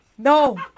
No